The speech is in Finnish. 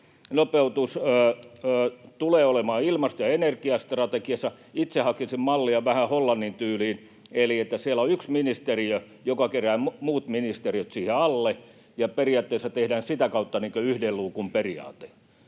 nopeutus tulee olemaan ilmasto- ja energiastrategiassa. Itse hakisin mallia vähän Hollannin tyyliin. Siellä on yksi ministeriö, joka kerää muut ministeriöt siihen alle, ja periaatteessa tehdään sitä kautta niin kuin yhden luukun periaate.